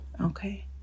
Okay